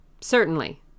Certainly